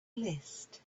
list